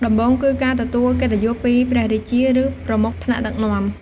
ដំបូងគឺការទទួលកិត្តិយសពីព្រះរាជា ឬ ប្រមុខថ្នាក់ដឹកនាំ។